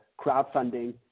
crowdfunding